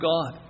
God